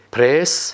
press